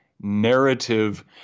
narrative